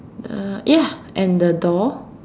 uh ya and the door